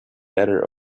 letter